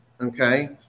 okay